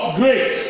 great